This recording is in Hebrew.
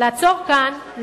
לעצור כאן,